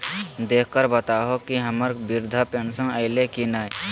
देख कर बताहो तो, हम्मर बृद्धा पेंसन आयले है की नय?